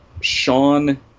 Sean